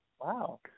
Wow